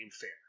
Fair